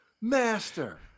master